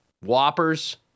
Whoppers